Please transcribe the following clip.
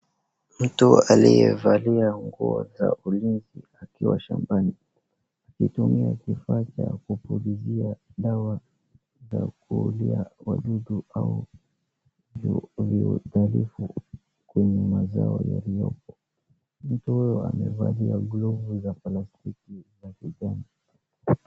Mtu aliyevalia nguo za ulinzi akiwa shambani akitumia kifaa cha kupulizia dawa za kuulia wadudu au viudhalifu kwenye mazao yaliyopo. Mtu huyo amevalia glovu za plastiki za kijani.